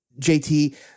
JT